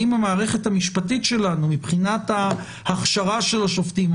האם המערכת המשפטית שלנו מבחינת ההכשרה של השופטים,